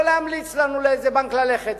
לא להמליץ לנו לאיזה בנק ללכת,